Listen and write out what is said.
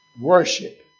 worship